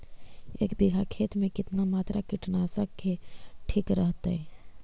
एक बीघा खेत में कितना मात्रा कीटनाशक के ठिक रहतय?